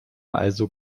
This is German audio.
also